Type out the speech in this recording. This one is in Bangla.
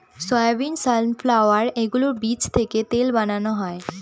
সয়াবিন, সানফ্লাওয়ার এগুলোর বীজ থেকে তেল বানানো হয়